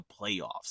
playoffs